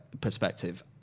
perspective